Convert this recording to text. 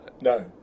No